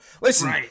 listen